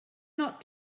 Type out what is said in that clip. not